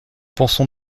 pensons